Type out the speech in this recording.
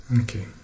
Okay